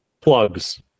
plugs